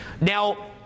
Now